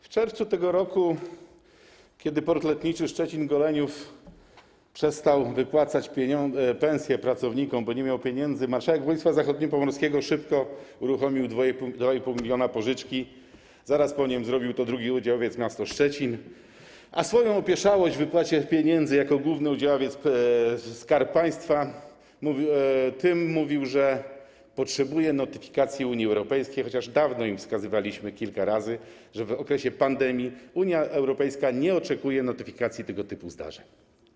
W czerwcu tego roku, kiedy Port Lotniczy Szczecin-Goleniów przestał wypłacać pensje pracownikom, bo nie miał pieniędzy, marszałek województwa zachodniopomorskiego szybko uruchomił 2,5 mln pożyczki, zaraz po nim zrobił to drugi udziałowiec miasto Szczecin, a przez swoją opieszałość w wypłacie pieniędzy jako główny udziałowiec Skarb Państwa mówił, że potrzebuje notyfikacji Unii Europejskiej, chociaż dawno im wskazywaliśmy kilka razy, że w okresie pandemii Unia Europejska nie oczekuje notyfikacji tego typu zdarzeń.